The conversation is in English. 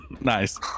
Nice